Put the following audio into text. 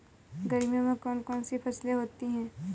गर्मियों में कौन कौन सी फसल होती है?